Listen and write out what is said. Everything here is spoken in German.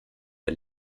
der